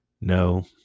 No